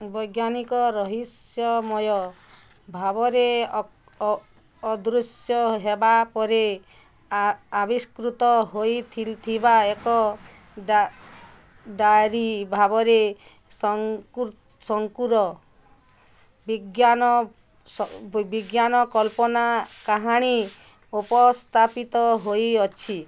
ବୈଜ୍ଞାନିକ ରହସ୍ୟମୟ ଭାବରେ ଅଦୃଶ୍ୟ ହେବା ପରେ ଆବିଷ୍କୃତ ହୋଇଥିବା ଏକ ଡା ଡାରୀ ଭାବରେ ଶଙ୍କୁର ଶଙ୍କୁର ବିଜ୍ଞାନ ସ ବି ବିଜ୍ଞାନ କଲ୍ପନା କାହାଣୀ ଉପସ୍ଥାପିତ ହୋଇଅଛି